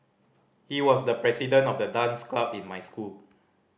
he was the president of the dance club in my school